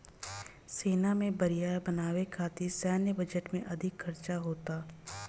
सेना के बरियार बनावे खातिर सैन्य बजट में अधिक खर्चा होता